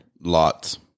Lots